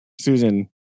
Susan